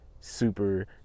super